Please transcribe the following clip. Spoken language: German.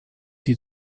sie